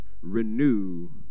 renew